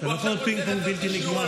זה לא יכול להיות פינג-פונג בלתי נגמר.